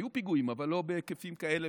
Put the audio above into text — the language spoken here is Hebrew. היו פיגועים, אבל לא בהיקפים כאלה